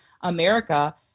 America